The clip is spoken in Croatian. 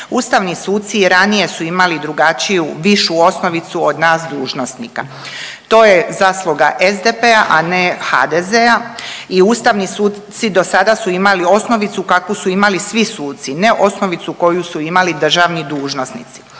Ustavni suci i ranije su imali drugačiju, višu osnovicu od nas dužnosnika. To je zasluga SDP-a, a ne HDZ i Ustavni suci do sada su imali osnovicu kakvu su imali svi suci, ne osnovicu koju su imali državni dužnosnici.